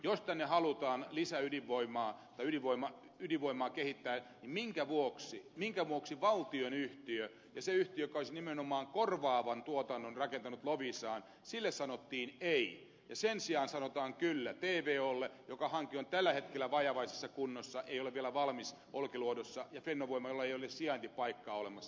jos tänne halutaan lisäydinvoimaa tai ydinvoimaa kehittää niin minkä vuoksi valtionyhtiölle ja sille yhtiölle joka olisi nimenomaan korvaavan tuotannon rakentanut loviisaan sanottiin ei ja sen sijaan sanotaan kyllä tvolle jonka hanke on tällä hetkellä vajavaisessa kunnossa ei ole vielä valmis olkiluodossa ja fennovoimalle jolla ei ole sijaintipaikkaa olemassa